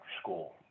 school